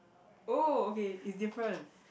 oh okay is different